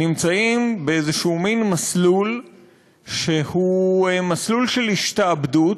נמצאים באיזשהו מסלול שהוא מסלול של השתעבדות,